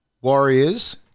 Warriors